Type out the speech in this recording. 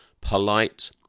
polite